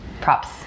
Props